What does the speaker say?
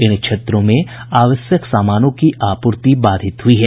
इन क्षेत्रों में आवश्यक सामानों की आपूर्ति बाधित हुई है